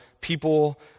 people